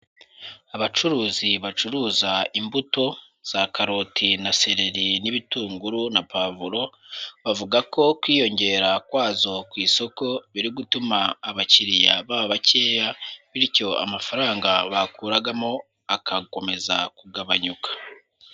Abacuruzi bacuruza imbuto za karoti na seleri n'ibitunguru na pavuro, bavuga ko kwiyongera kwazo ku isoko biri gutuma abakiriya baba bakeya bityo amafaranga bakuragamo agakomeza kugabanyuka.